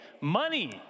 money